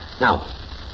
Now